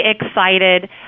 excited